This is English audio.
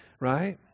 right